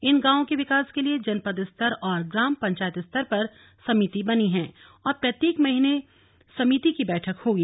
इन गांवों के विकास के लिए जनपद स्तर और ग्राम पंचायत स्तर पर समिति बनी हैं और प्रत्येक महीने समिति की बैठक होगी